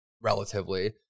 relatively